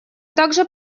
также